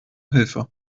hilfe